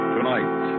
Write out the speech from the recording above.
Tonight